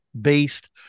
based